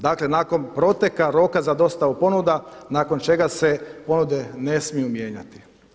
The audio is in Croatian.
Dakle, nakon proteka roka za dostavu ponuda nakon čega se ponude ne smiju mijenjati.